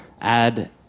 add